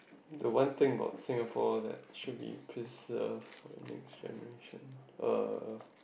the one thing about Singapore that should be preserved for the next generation uh